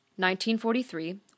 1943